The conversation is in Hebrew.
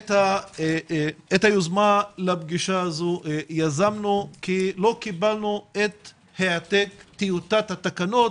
את היוזמה לפגישה הזו יזמנו כי לא קיבלנו את העתק טיוטת התקנות